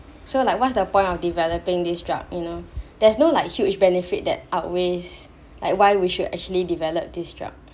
so like what's the point of developing this drug you know there's no like huge benefit that outweighs like why we should actually develop this drug